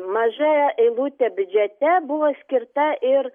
maža eilutė biudžete buvo skirta ir